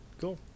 Cool